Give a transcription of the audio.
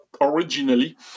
originally